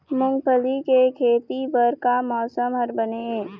मूंगफली के खेती बर का मौसम हर बने ये?